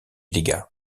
dégât